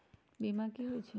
बीमा कि होई छई?